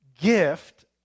gift